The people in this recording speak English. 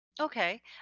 Okay